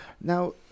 Now